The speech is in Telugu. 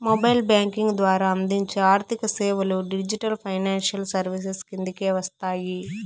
మొబైల్ బ్యాంకింగ్ ద్వారా అందించే ఆర్థిక సేవలు డిజిటల్ ఫైనాన్షియల్ సర్వీసెస్ కిందకే వస్తాయి